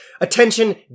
Attention